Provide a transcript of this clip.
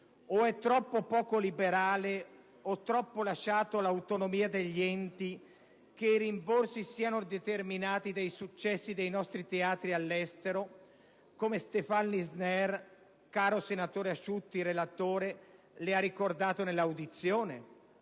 O è troppo poco liberale, o troppo lasciato all'autonomia degli enti, che i rimborsi siano determinati dai successi dei nostri teatri all'estero, come Stéphane Lissner, caro relatore Asciutti, le ha ricordato nell'audizione?